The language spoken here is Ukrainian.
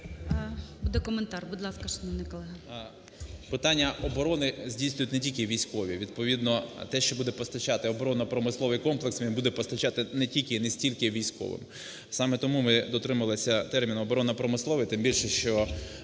Питання оборони здійснюють не тільки військові, відповідно те, що буде постачати оборонно-промисловий комплекс, він буде постачати не тільки і не стільки військовим. Саме тому ми дотрималися терміну "оборонно-промисловий", тим більше, що